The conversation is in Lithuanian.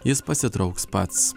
jis pasitrauks pats